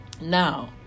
Now